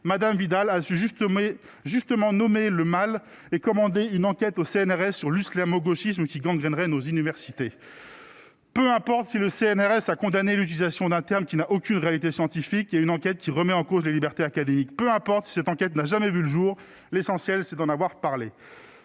madame Vidal a su justement, justement nommé le mal est commandé une enquête au CNRS sur l'islamo-gauchisme qui gangrène aux universités. Peu importe si le CNRS a condamné l'utilisation d'un terme qui n'a aucune réalité scientifique, il y a une enquête qui remet en cause la liberté académique, peu importe, cette enquête n'a jamais vu le jour, l'essentiel c'est d'en avoir parlé